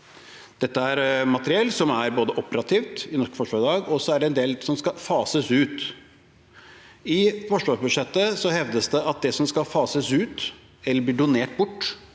Dette er både materiell som er operativt i det norske Forsvaret i dag, og en del materiell som skal fases ut. I forsvarsbudsjettet hevdes det at det som skal fases ut eller bli donert bort,